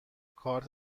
کارت